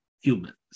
humans